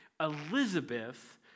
Elizabeth